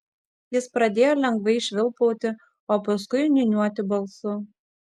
jis pradėjo lengvai švilpauti o paskui niūniuoti balsu